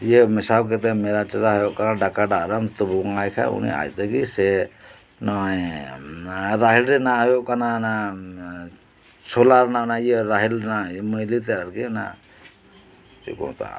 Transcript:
ᱤᱭᱟᱹ ᱢᱮᱥᱟᱞ ᱠᱟᱛᱮᱫ ᱢᱮᱨᱟ ᱴᱮᱨᱟ ᱦᱩᱭᱩᱜ ᱠᱟᱱᱟ ᱫᱟᱠᱟ ᱫᱟ ᱨᱮᱢ ᱛᱚᱵᱚᱝ ᱟᱭ ᱠᱷᱟᱱ ᱩᱱᱤ ᱟᱡ ᱛᱮᱜᱮ ᱥᱮ ᱱᱚᱭᱟᱭ ᱨᱟᱦᱮᱲ ᱨᱮᱭᱟᱜ ᱦᱩᱭᱩᱜ ᱠᱟᱱᱟ ᱚᱱᱟ ᱪᱷᱚᱞᱟ ᱨᱮᱱᱟᱜ ᱚᱱᱟ ᱤᱭᱟᱹ ᱨᱟᱦᱮᱲ ᱨᱮᱭᱟᱜ ᱢᱟᱹᱭᱞᱟᱹᱛᱮᱫ ᱟᱨᱠᱤ ᱚᱱᱟ ᱪᱮᱫ ᱠᱚ ᱢᱮᱛᱟᱜᱼᱟ